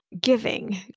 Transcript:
giving